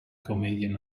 comedian